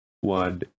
one